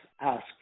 ask